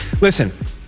Listen